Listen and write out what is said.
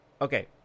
Okay